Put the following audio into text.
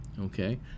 Okay